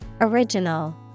Original